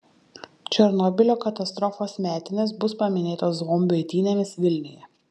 černobylio katastrofos metinės bus paminėtos zombių eitynėmis vilniuje